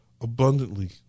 abundantly